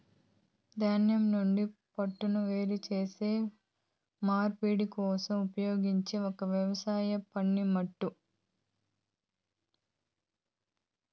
ధాన్యం నుండి పోట్టును వేరు చేసే నూర్పిడి కోసం ఉపయోగించే ఒక వ్యవసాయ పనిముట్టు ఫ్లైల్